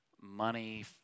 money